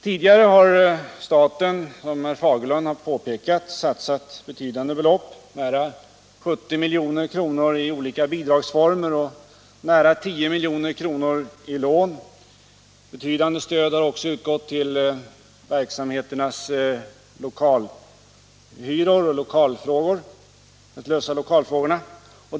Tidigare har staten, som herr Fagerlund har påpekat, satsat betydande belopp: nära 70 milj.kr. i olika bidragsformer och nära 10 milj.kr. i lån. Betydande stöd har också utgått för att lösa företagens lokalproblem.